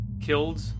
killed